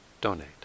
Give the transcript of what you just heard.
donate